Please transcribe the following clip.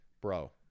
bro